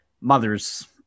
mother's